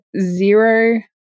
zero